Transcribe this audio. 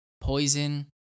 poison